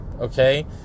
okay